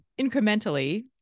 incrementally